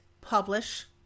publish